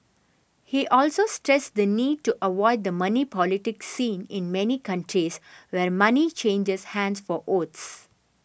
he also stressed the need to avoid the money politics seen in many countries where money changes hands for votes